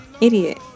idiot